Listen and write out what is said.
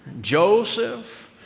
Joseph